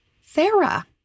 Sarah